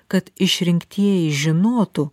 kad išrinktieji žinotų